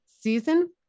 season